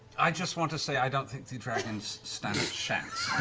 i just want to say, i don't think the dragons stand a